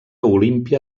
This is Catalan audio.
olímpia